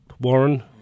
Warren